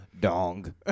Dong